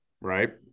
Right